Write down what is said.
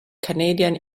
canadian